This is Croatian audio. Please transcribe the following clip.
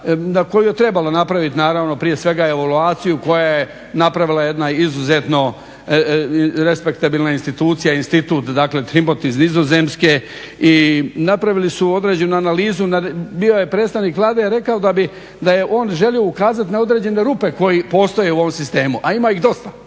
koju je trebalo napraviti, naravno prije svega evaluaciju koja je napravila jedna izuzetno respektabilna institucija institut, dakle Trimbot iz Nizozemske. I napravili su određenu analizu, bio je predstavnik Vlade jer rekao da je on želio ukazati na određene rupe koje postoje u ovom sistemu a ima ih dosta,